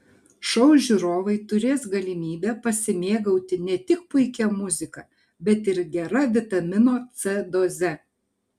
šou žiūrovai turės galimybę pasimėgauti ne tik puikia muzika bet ir gera vitamino c doze